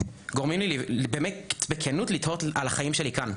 גורמים לי בכנות לתהות על החיים שלי כאן,